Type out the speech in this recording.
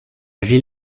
ville